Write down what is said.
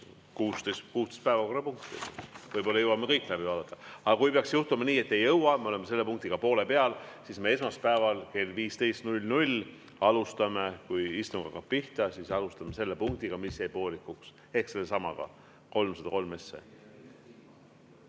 16 päevakorrapunkti. Võib-olla jõuame kõik läbi vaadata. Aga kui peaks juhtuma nii, et ei jõua ja me oleme selle punktiga poole peal, siis me esmaspäeval kell 15.00, kui istung hakkab pihta, alustame selle punktiga, mis jäi poolikuks ehk sellesamaga, 303